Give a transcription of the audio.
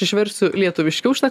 išversiu lietuviškiau šitą